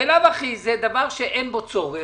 בלאו הכי זה דבר שאין בו צורך.